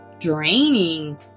draining